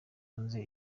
nze